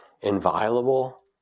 inviolable